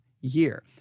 year